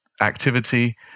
activity